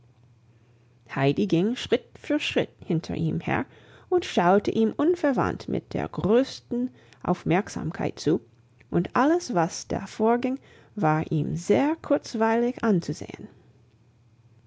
heidi ging schritt für schritt hinter ihm her und schaute ihm unverwandt mit der größten aufmerksamkeit zu und alles was da vorging war ihm sehr kurzweilig anzusehen